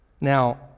Now